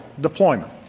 deployment